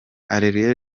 areruya